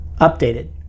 updated